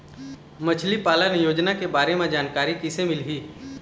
मछली पालन योजना के बारे म जानकारी किसे मिलही?